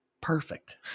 Perfect